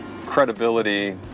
credibility